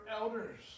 elders